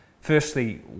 firstly